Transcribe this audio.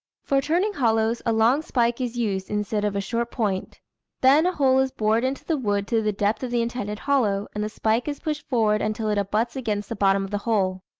for turning hollows, a long spike is used instead of a short point then, a hole is bored into the wood to the depth of the intended hollow, and the spike is pushed forward until it abuts against the bottom of the hole.